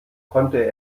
konnte